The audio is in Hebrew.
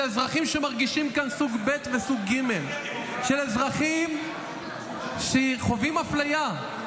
של אזרחים שמרגישים כאן סוג ב' וסוג ג'; של אזרחים שחווים אפליה,